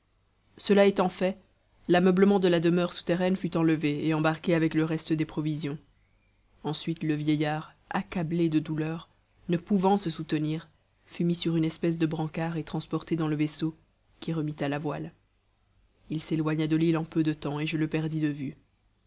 cela étant fait l'ameublement de la demeure souterraine fut enlevé et embarqué avec le reste des provisions ensuite le vieillard accablé de douleur ne pouvant se soutenir fut mis sur une espèce de brancard et transporté dans le vaisseau qui remit à la voile il s'éloigna de l'île en peu de temps et je le perdis de vue